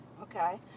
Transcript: Okay